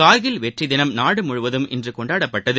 கார்கில் வெற்றி தினம் நாடு முழுவதும் இன்று கொண்டாடப்பட்டது